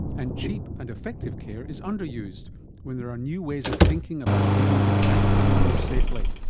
and cheap and effective care is underused when there are new ways of thinking about dealing with back pain more safely.